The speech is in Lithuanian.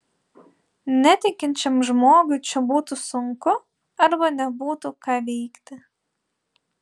netikinčiam žmogui čia būtų sunku arba nebūtų ką veikti